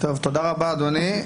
תודה רבה, אדוני.